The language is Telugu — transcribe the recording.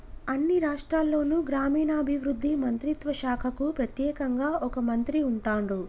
అన్ని రాష్ట్రాల్లోనూ గ్రామీణాభివృద్ధి మంత్రిత్వ శాఖకు ప్రెత్యేకంగా ఒక మంత్రి ఉంటాన్రు